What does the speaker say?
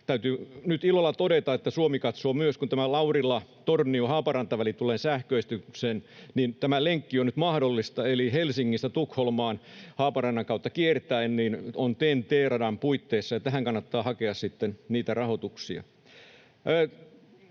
täytyy nyt ilolla todeta, että Suomi katsoo myös, kun tämä Laurila—Tornio—Haaparanta-väli tulee sähköistykseen, että tämä lenkki on nyt mahdollista, eli Helsingistä Tukholmaan Haaparannan kautta kiertäen on TEN-T-radan puitteissa, ja tähän kannattaa hakea sitten niitä rahoituksia.